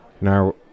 Now-